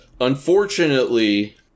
Unfortunately